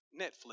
Netflix